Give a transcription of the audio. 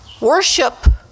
Worship